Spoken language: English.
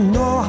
no